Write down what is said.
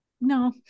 No